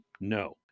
No